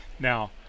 Now